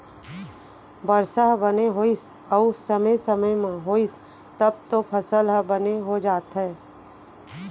बरसा ह बने होइस अउ समे समे म होइस तब तो फसल ह बने हो जाथे